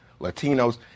Latinos